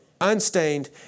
unstained